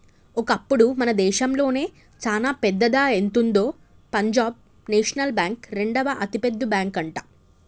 ఒకప్పుడు మన దేశంలోనే చానా పెద్దదా ఎంతుందో పంజాబ్ నేషనల్ బ్యాంక్ రెండవ అతిపెద్ద బ్యాంకట